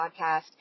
Podcast